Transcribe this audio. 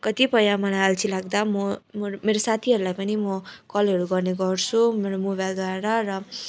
कतिपय मलाई अल्छी लाग्दा म मेरो साथीहरूलाई पनि म कलहरू गर्ने गर्छु मेरो मोबाइलद्वारा र